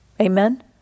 Amen